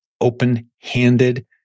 open-handed